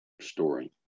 story